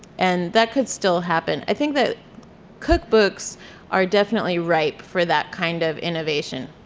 and that could still happen. i think that cookbooks are definitely ripe for that kind of innovation.